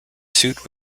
suit